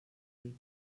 ric